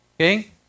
okay